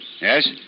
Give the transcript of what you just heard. Yes